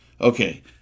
Okay